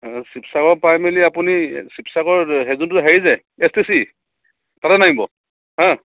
শিৱসাগৰ পাই মেলি আপুনি শিৱসাগৰ সেই যোনটো হেৰি যে এছ টি চি তাতে নাইিব হাঁ